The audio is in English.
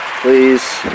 Please